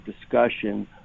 discussion